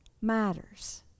matters